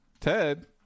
Ted